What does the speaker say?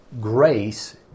grace